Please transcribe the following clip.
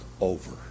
over